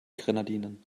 grenadinen